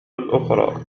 الأخرى